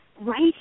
right